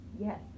Yes